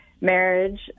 marriage